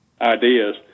ideas